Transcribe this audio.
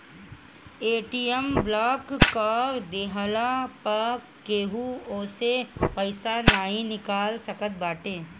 ATM block कअ देहला पअ केहू ओसे पईसा नाइ निकाल सकत बाटे